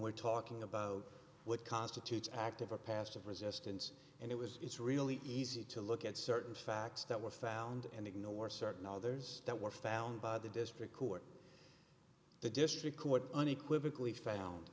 we're talking about what constitutes active or passive resistance and it was it's really easy to look at certain facts that were found and ignore certain others that were found by the district court the district court unequivocally found